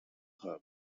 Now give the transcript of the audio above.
her